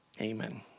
Amen